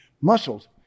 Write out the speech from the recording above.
muscles